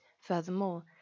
Furthermore